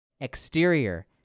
Exterior